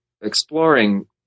exploring